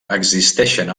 existeixen